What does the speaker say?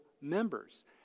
members